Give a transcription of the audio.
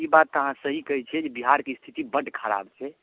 ई बात तऽ अहाँ सही कहै छिऐ जे बिहार के स्थिति बड्ड खराब छै